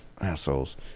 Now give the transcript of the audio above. Assholes